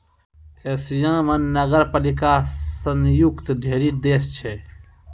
Asia म नगरपालिका स युक्त ढ़ेरी देश छै